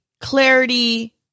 clarity